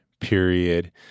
period